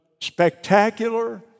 spectacular